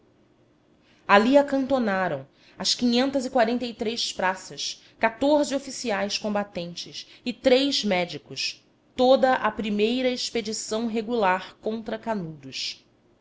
ali acantonaram as quinhentas e praças quatorze oficiais combatentes e três médicos toda a primeira expedição regular contra canudos